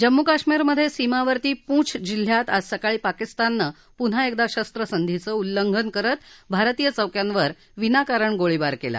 जम्मू काश्मीरमध्ये सीमावर्ती पूंछ जिल्ह्यात आज सकाळी पाकिस्ताननं पुन्हा एकदा शस्त्रसंधीचं उल्लंघन करत भारतीय चौक्यांवर विनाकारण गोळीबार केला